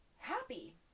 Happy